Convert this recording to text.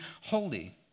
holy